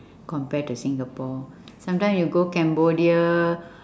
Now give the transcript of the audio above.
compared to singapore sometimes you go cambodia